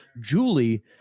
Julie